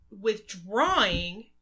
withdrawing